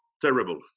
terrible